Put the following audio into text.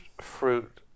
fruit